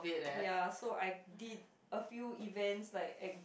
ya so I did a few events like e~